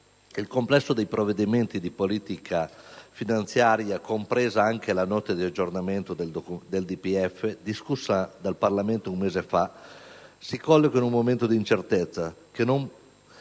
Il complesso dei provvedimenti di politica finanziaria, compresa anche la Nota di aggiornamento del DPEF, discussa dal Parlamento un mese fa, si colloca in un momento di incertezza,